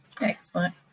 Excellent